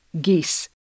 geese